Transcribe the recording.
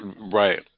Right